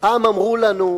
פעם אמרו לנו: